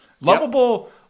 Lovable